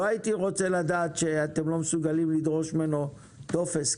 לא הייתי רוצה לדעת שאתם לא מסוגלים לדרוש ממנו טופס כשצריך.